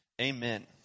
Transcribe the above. Amen